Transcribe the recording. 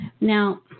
now